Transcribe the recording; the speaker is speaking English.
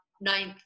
ninth